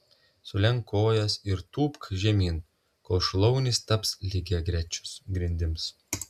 sulenk kojas ir tūpk žemyn kol šlaunys taps lygiagrečios grindims